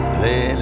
Play